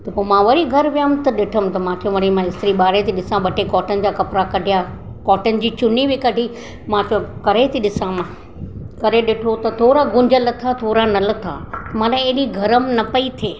त पोइ मां वरी घरु वियमि त ॾिठमि मां चयो वरी इस्त्री बारे ती ॾिसां ॿ टे कॉटन जा कपड़ा कढिया कॉटन जी चुन्नी बि कढी मां चयो करे ती ॾिसां मां करे ॾिठो त थोरा गुंज लथा थोरा न लथा माना एॾी गरम न पई थिए